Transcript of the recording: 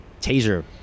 Taser